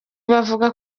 bavuga